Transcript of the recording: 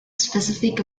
specific